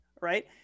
right